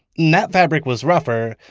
that fabric was rougher,